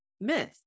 myth